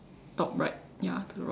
top right ya the rocks